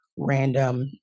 random